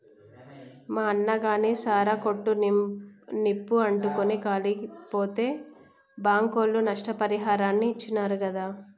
మా అన్నగాని సారా కొట్టు నిప్పు అంటుకుని కాలిపోతే బాంకోళ్లు నష్టపరిహారాన్ని ఇచ్చినారు గాదా